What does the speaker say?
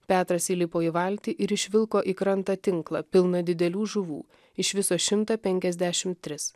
petras įlipo į valtį ir išvilko į krantą tinklą pilną didelių žuvų iš viso šimtą penkiasdešimt tris